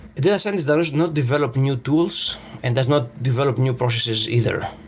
does and does not develop new tools and does not develop new processes either.